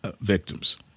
victims